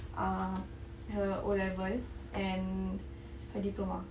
uh her O-level and her diploma